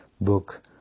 book